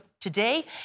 today